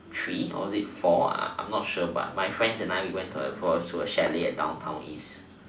three or is it four I'm not sure but my friends and I we went to a for to a chalet at downtown east